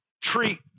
treat